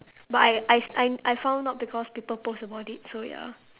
but I I I I found out because people post about it so ya